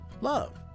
love